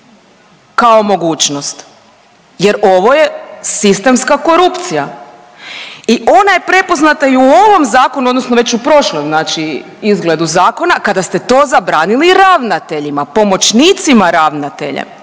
kao mogućnost jer ovo je sistemska korupcija. I ona je prepoznata i u ovom zakonu odnosno već u prošlom izgledu zakona kada ste to zabranili ravnateljima, pomoćnicima ravnatelja